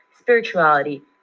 spirituality